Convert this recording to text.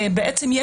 בעצם,